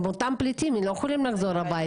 הם אותם פליטים, הם לא יכולים לחזור הביתה.